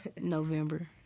November